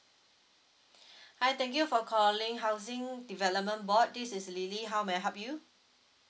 hi thank you for calling housing development board this is lily how may I help you